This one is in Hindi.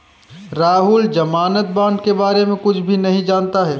राहुल ज़मानत बॉण्ड के बारे में कुछ भी नहीं जानता है